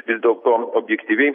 vis dėlto objektyviai